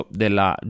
della